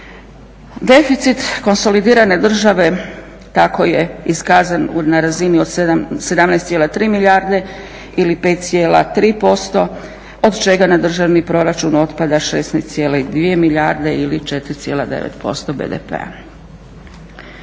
Deficit konsolidirane države tako je iskazan na razini od 17,3 milijarde ili 5,3% od čega na državni proračun otpada 16,2 milijarde ili 4,9% BDP-a.